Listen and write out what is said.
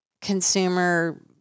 consumer